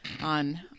on